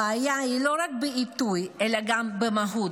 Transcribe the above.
הבעיה היא לא רק בעיתוי אלא גם במהות.